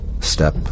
step